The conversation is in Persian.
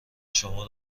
شما